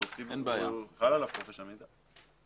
חל עליו חופש המידע.